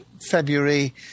February